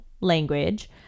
language